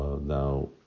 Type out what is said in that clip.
Now